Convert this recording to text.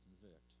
convict